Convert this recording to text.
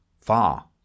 far